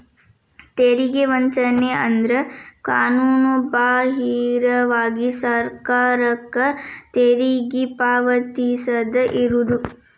ತೆರಿಗೆ ವಂಚನೆ ಅಂದ್ರ ಕಾನೂನುಬಾಹಿರವಾಗಿ ಸರ್ಕಾರಕ್ಕ ತೆರಿಗಿ ಪಾವತಿಸದ ಇರುದು